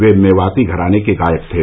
वे मेवाती घराने के गायक थे